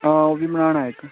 हां ओह्बी बनाना इक